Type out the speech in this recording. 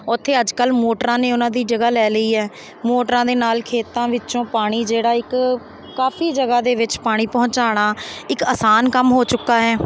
ਉਥੇ ਅੱਜ ਕੱਲ੍ਹ ਮੋਟਰਾਂ ਨੇ ਉਹਨਾਂ ਦੀ ਜਗ੍ਹਾ ਲੈ ਲਈ ਹੈ ਮੋਟਰਾਂ ਦੇ ਨਾਲ ਖੇਤਾਂ ਵਿੱਚੋਂ ਪਾਣੀ ਜਿਹੜਾ ਇੱਕ ਕਾਫ਼ੀ ਜਗ੍ਹਾ ਦੇ ਵਿੱਚ ਪਾਣੀ ਪਹੁੰਚਾਉਣਾ ਇੱਕ ਆਸਾਨ ਕੰਮ ਹੋ ਚੁੱਕਾ ਹੈ